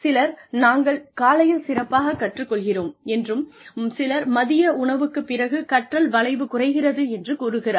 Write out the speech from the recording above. சிலர் நாங்கள் காலையில் சிறப்பாக கற்றுக் கொள்கிறோம் என்றும் சிலர் மதிய உணவுக்குப் பிறகு கற்றல் வளைவு குறைகிறது என்று கூறுகிறார்கள்